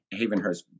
Havenhurst